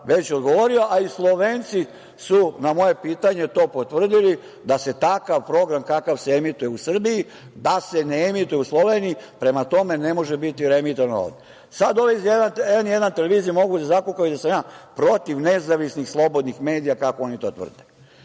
već odgovorio, a i Slovenci su na moje pitanje to potvrdili, da se takav program kakav se emituje u Srbiji, da se ne emituje u Sloveniji. Prema tome, ne može biti reemitovan ovde. Sada ovi iz N1 televizije mogu da zakukaju da sam ja protiv nezavisnih slobodnih medija, kako oni to tvrde.